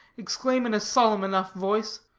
exclaim in a solemn enough voice,